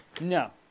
No